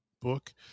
book